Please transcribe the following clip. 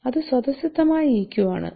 അത് സ്വതസിദ്ധമായ ഇക്യു ആണ്